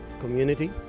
community